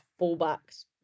fullbacks